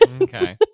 Okay